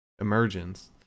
Emergence